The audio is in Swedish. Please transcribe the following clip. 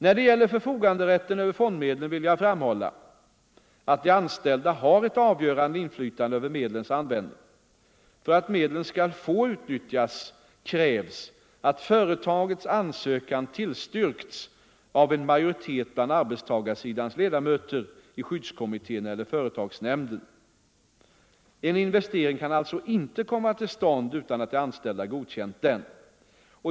När det gäller förfoganderätten över fondmedlen vill jag framhålla att de anställda har ett avgörande inflytande över medlens användning. För att medlen skall få utnyttjas krävs att företagets ansökan tillstyrkts av en majoritet bland arbetstagarsidans ledamöter i skyddskommittén eller företagsnämnden. En investering kan alltså inte komma till stånd utan att de anställda godkänt den.